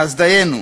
אז דיינו.